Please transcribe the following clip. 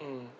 mm